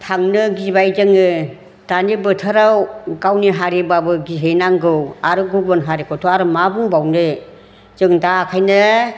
थांनो गिबाय जोंङो दानि बोथोराव गावनि हारिबाबो गिहैनांगौ आरो गुबुन हारिखौथ' आरो मा बुंबावनो जों दा ओंखायनो